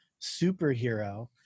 superhero